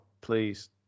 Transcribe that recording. please